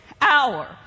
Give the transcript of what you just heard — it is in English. hour